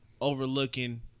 overlooking